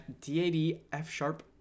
d-a-d-f-sharp